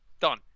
Done